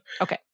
Okay